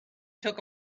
took